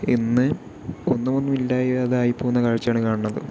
ഇന്ന് ഒന്നുമൊന്നും ഇല്ലാതായി പോകുന്ന കാഴ്ചയാണ് കാണണത്